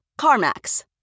CarMax